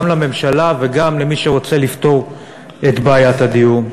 גם לממשלה וגם למי שרוצה לפתור את בעיית הדיור.